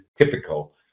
typical